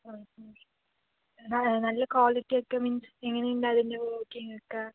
ആ എന്നാൽ നല്ല ക്വാളിറ്റിയൊക്കെ മീൻസ് എങ്ങനെയുണ്ട് അതിൻ്റെ വർക്കിംഗ് ഒക്കെ